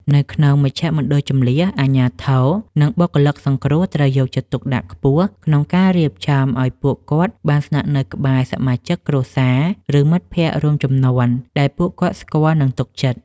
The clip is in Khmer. នៅក្នុងមជ្ឈមណ្ឌលជម្លៀស អាជ្ញាធរ និងបុគ្គលិកសង្គ្រោះត្រូវយកចិត្តទុកដាក់ខ្ពស់ក្នុងការរៀបចំឱ្យពួកគាត់បានស្នាក់នៅក្បែរសមាជិកគ្រួសារ ឬមិត្តភក្ដិរួមជំនាន់ដែលពួកគាត់ស្គាល់ និងទុកចិត្ត។